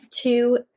two